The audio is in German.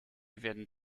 werden